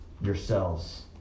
Yourselves